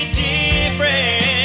different